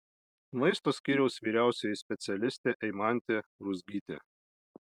maisto skyriaus vyriausioji specialistė eimantė ruzgytė